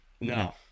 No